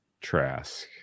Trask